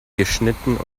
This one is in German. geschnitten